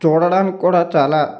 చూడడానికి కూడా చాలా